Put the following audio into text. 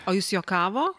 o jis juokavo